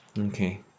Okay